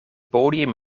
podium